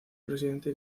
presidente